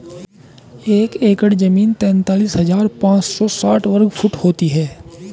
एक एकड़ जमीन तैंतालीस हजार पांच सौ साठ वर्ग फुट होती है